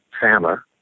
Sama